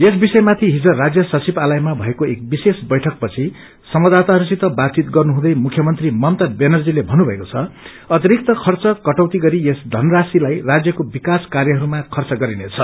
यस विषयामाथि हिज राज्य सचिवालयमा भएको एक विशेष बैठकपछि संवाददाताहरूसित बातचित गर्नु हुँदै मुख्यमंत्री ममता व्यानर्जीले भन्नुमएको छ अतिरिक्त खर्च कदैति गरी यस धनराशिलाइ राज्यको विकास कार्यहरूमा खर्च गरिनेछ